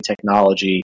technology